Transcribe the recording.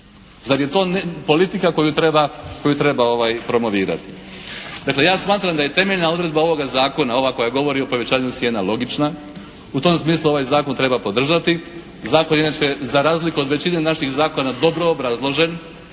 Zar je to politika koju treba, koju treba promovirati? Dakle ja smatram da je temeljna odredba ovoga zakona, ova koja govori o povećanju cijena logična. U tom smislu ovaj zakon treba podržati. Zato inače za razliku od većine naših zakona dobro obrazložen.